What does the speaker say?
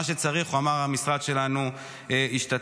מה שצריך, הוא אמר, המשרד שלנו ישתתף.